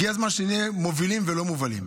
הגיע הזמן שנהיה מובילים ולא מובלים.